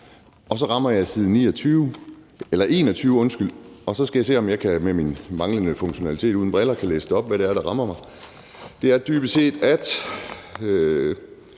og så rammer jeg side 21, og nu skal jeg se, om jeg med min manglende funktionalitet uden briller kan liste op, hvad det er, der rammer mig. Det er dybest set